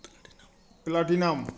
platinum platinum